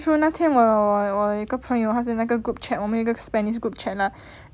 true true 那天我我有一个朋友她在那个 group chat 我们有一个 spanish group chat lah